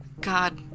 God